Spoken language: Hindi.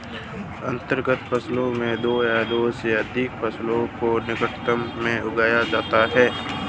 अंतर फसल में दो या दो से अघिक फसलों को निकटता में उगाया जाता है